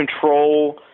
control